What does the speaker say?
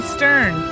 Stern